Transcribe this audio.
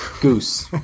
Goose